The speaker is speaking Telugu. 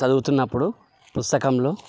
చదువుతున్నప్పుడు పుస్తకంలో